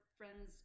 friends